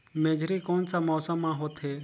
मेझरी कोन सा मौसम मां होथे?